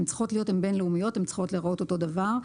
הן בין-לאומיות והן צריכות להיראות אותו הדבר.